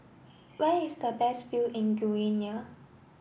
where is the best view in Guinea